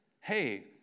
Hey